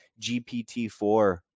GPT-4